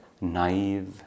naive